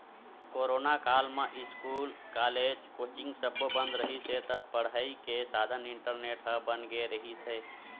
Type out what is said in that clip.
corona काल म school, college, coaching सब्बो बंद रिहिस हे त पड़ई के साधन इंटरनेट ह बन गे रिहिस हे